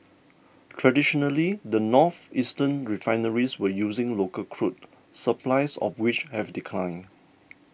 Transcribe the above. traditionally the northeastern refineries were using local crude supplies of which have declined